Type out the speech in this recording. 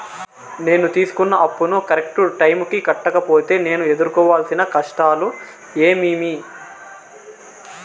నేను తీసుకున్న అప్పును కరెక్టు టైముకి కట్టకపోతే నేను ఎదురుకోవాల్సిన కష్టాలు ఏమీమి?